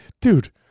dude